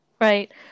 Right